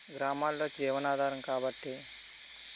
గ్రామాలలో జీవనాధారం కాబట్టి